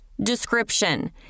Description